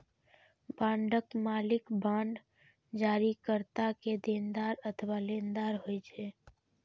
बांडक मालिक बांड जारीकर्ता के देनदार अथवा लेनदार होइ छै